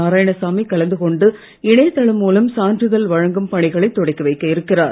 நாராயணசாமி கலந்து கொண்டு இணையதளம் மூலம் சான்றிதழ் வழங்கும் பணிகளைத் தொடக்கிவைக்க இருக்கிறார்